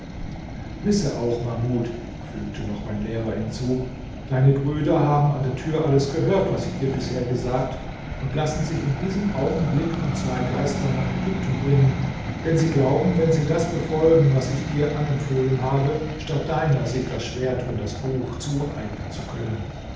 wisse auch mahmud fügte noch mein lehrer hinzu deine brüder haben an der tür alles gehört was ich dir bisher gesagt und lassen sich in diesem augenblick von zwei geistern nach ägypten bringen denn sie glauben wenn sie das befolgen was ich dir anempfohlen habe statt deiner sich das schwert und das buch zueignen zu können